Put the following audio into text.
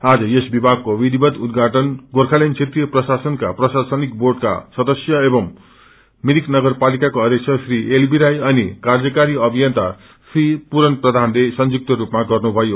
आज यस विभागले विषिक्त उद्वेषाटन गोचर्खाल्याण्ड क्षात्रिय प्रशासनका प्रशासनिक बोँडका सदस्य एवं मिरिक नगरपासिका अध्यक्ष श्री एलबीराई अनि कार्यकारी अभियन्ता श्री पूरन प्रधानले संयुक्त रूपामा गर्नुषयो